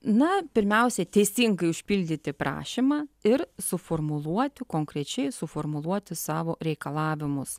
na pirmiausia teisingai užpildyti prašymą ir suformuluoti konkrečiai suformuluoti savo reikalavimus